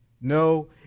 No